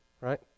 right